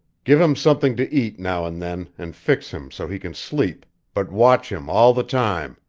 give him something to eat now and then, and fix him so he can sleep, but watch him all the time!